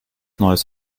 neues